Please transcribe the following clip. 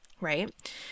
Right